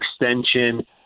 extension